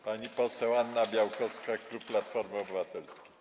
Pani poseł Anna Białkowska, klub Platforma Obywatelska.